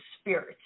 spirits